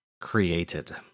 created